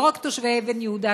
לא רק תושבי אבן יהודה,